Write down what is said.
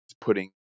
putting